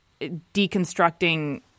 deconstructing